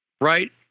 right